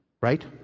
Right